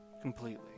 completely